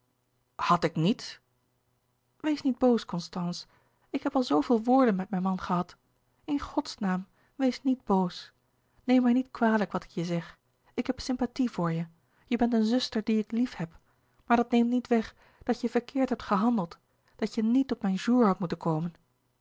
had ik niet wees niet boos constance ik heb al zooveel woorden met mijn man gehad in godsnaam wees niet boos neem mij niet kwalijk wat ik je zeg ik heb sympathie voor je je bent een zuster die ik liefheb maar dat neemt niet weg dat je verkeerd hebt gehandeld dat je niet op mijn jour had moeten komen